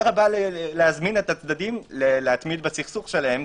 רבה להזמין את הצדדים להתמיד בסכסוך שלהם,